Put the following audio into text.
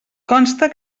consta